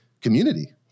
community